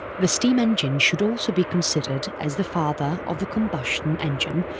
the steam engine should also be considered as the father of the combustion engine,